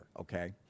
Okay